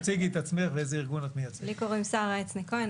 לי קוראים שרה עצני כהן,